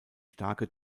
starke